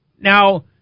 Now